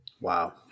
Wow